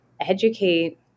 educate